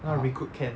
uh